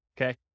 okay